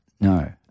no